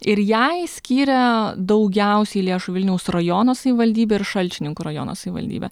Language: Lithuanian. ir jai skyrė daugiausiai lėšų vilniaus rajono savivaldybė ir šalčininkų rajono savivaldybė